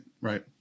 right